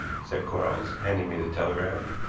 said quarles, handing me the telegram,